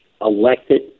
elected